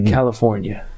California